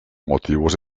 motivos